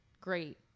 great